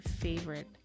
favorite